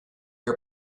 are